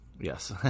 yes